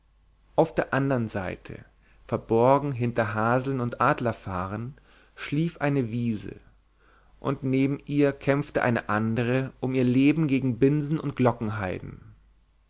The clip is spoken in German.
auf der anderen seite verborgen hinter haseln und adlerfarn schlief eine wiese und neben ihr kämpfte eine andere um ihr leben gegen binsen und